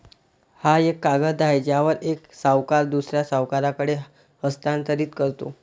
हा एक कागद आहे ज्यावर एक सावकार दुसऱ्या सावकाराकडे हस्तांतरित करतो